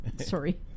Sorry